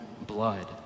blood